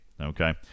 Okay